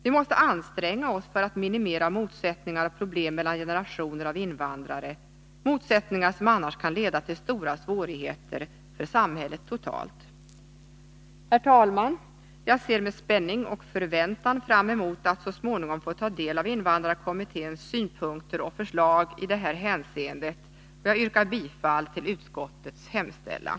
Vi måste anstränga oss för att minimera motsättningar och problem mellan de olika generationerna av invandrare, motsättningar som annars kan leda till stora svårigheter för samhället totalt. Herr talman! Jag ser med spänning och förväntan fram emot att så småningom få ta del av invandrarkommitténs synpunkter och förslag i det här hänseendet. Jag yrkar bifall till utskottets hemställan.